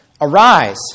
Arise